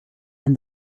and